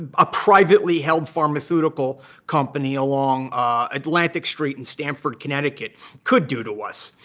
ah a privately held pharmaceutical company along atlantic street in stamford, connecticut could do to us.